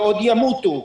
ועוד ימותו,